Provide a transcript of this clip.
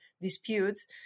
disputes